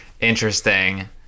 Interesting